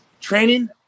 Training